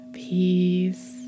peace